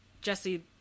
Jesse